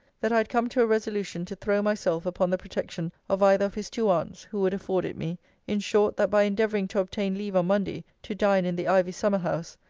that i had come to a resolution to throw myself upon the protection of either of his two aunts, who would afford it me in short, that by endeavouring to obtain leave on monday to dine in the ivy summer-house,